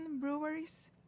breweries